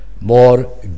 more